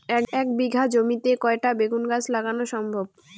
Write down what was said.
এক বিঘা জমিতে কয়টা বেগুন গাছ লাগানো সম্ভব?